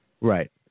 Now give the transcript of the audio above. Right